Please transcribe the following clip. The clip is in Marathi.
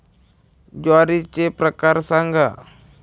ज्वारीचे प्रकार सांगा